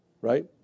right